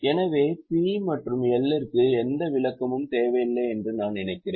எனவே P மற்றும் L இற்கு எந்த விளக்கமும் தேவையில்லை என்று நான் நினைக்கிறேன்